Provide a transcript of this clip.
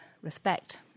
respect